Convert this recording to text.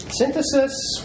Synthesis